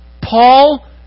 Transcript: Paul